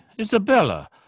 Isabella